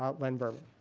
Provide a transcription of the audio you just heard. um len burman.